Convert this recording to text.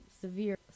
severe